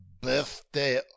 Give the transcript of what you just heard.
birthday